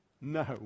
No